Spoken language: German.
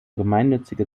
gemeinnützige